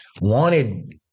wanted